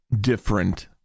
different